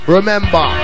Remember